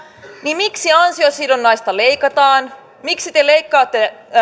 niin miksi ansiosidonnaista leikataan miksi te leikkaatte